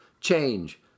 change